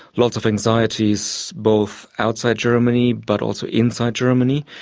lots of anxieties both outside germany but also inside germany.